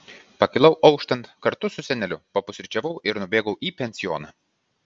pakilau auštant kartu su seneliu papusryčiavau ir nubėgau į pensioną